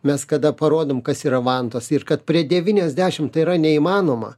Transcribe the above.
mes kada parodom kas yra vantos ir kad prie devyniasdešimt tai yra neįmanoma